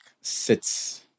sits